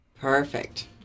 Perfect